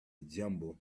jumble